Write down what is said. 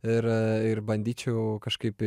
ir ir bandyčiau kažkaip